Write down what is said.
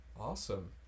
awesome